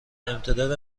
امتداد